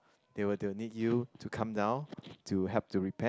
they will they will need you to come down to help to repair